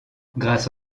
grâce